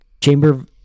chamber